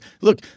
look